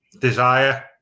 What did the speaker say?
desire